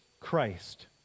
Christ